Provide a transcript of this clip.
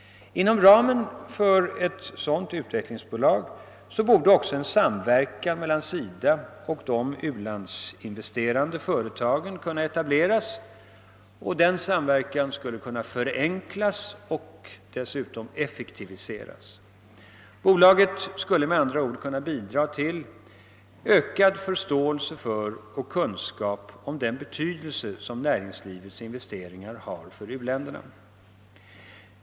Inom ramen för ett sådant utvecklingsbolag borde också en samverkan mellan SIDA och de u-landsinvesterande företagen kunna etableras, och denna samverkan skulle kunna förenklas och dessutom effektiviseras. Bolaget skulle med andra ord kunna bidra till ökad förståelse för och kunskap om den betydelse som näringslivets investeringar har för uländerna.